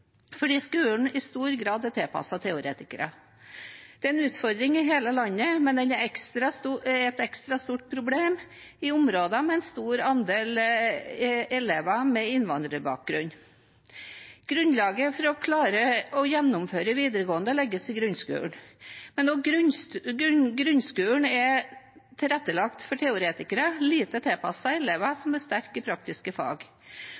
fordi dagens skole i stor grad er tilpasset teoretikere. Det er en utfordring i hele landet, men det er et ekstra stort problem i områder med en stor andel elever med innvandrerbakgrunn. Grunnlaget for å klare å gjennomføre videregående legges i grunnskolen, men også grunnskolen er tilrettelagt for teoretikere og lite tilpasset elever som er sterke i praktiske fag.